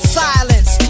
silence